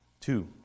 Two